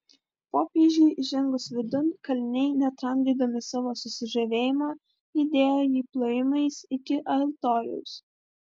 popiežiui įžengus vidun kaliniai netramdydami savo susižavėjimo lydėjo jį plojimais iki altoriaus